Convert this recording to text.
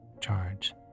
charge